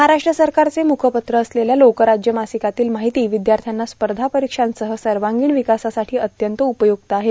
महाराष्ट्र सरकारचे मुखपत्र असलेल्या लोकराज्य मासिकातील माहिती विद्यार्थ्यांना स्पर्धा परीक्षांसह सर्वांगीण विकासासाठी अत्यंत उपयुक्त आहे